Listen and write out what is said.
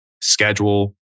schedule